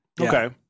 okay